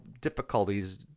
difficulties